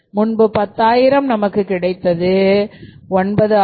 முன்பு 10000 நமக்கு கிடைத்தது 9681